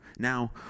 Now